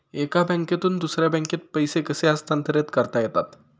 एका बँकेतून दुसऱ्या बँकेत पैसे कसे हस्तांतरित करता येतात?